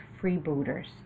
freebooters